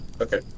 Okay